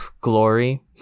glory